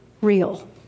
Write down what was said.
real